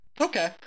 okay